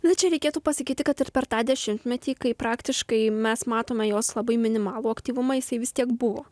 na čia reikėtų pasakyti kad ir per tą dešimtmetį kai praktiškai mes matome jos labai minimalų aktyvumą jisai vis tiek buvo